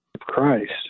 Christ